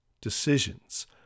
decisions